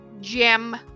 gem